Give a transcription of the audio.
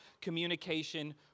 communication